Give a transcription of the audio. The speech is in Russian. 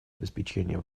обеспечения